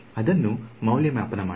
ಅದನ್ನು ಮೌಲ್ಯಮಾಪನ ಮಾಡಿ